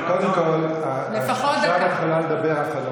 קודם כול עכשיו את יכולה לדבר,